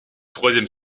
troisième